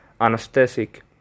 Anesthetic